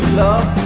love